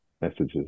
messages